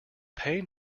pain